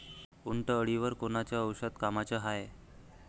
उंटअळीवर कोनचं औषध कामाचं हाये?